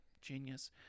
genius